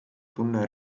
tunne